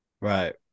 Right